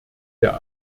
der